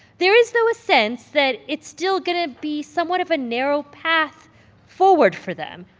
there is, though, a sense that it's still going to be somewhat of a narrow path forward for them.